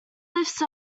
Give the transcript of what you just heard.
lifts